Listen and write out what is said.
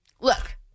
look